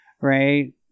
right